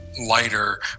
lighter